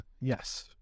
Yes